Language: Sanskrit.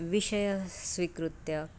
विषयं स्वीकृत्य